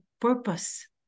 purpose